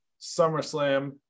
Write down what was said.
SummerSlam